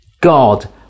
God